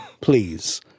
please